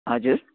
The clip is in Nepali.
हजुर